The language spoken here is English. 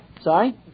Sorry